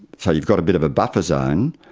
so you've got a bit of a buffer zone,